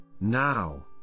Now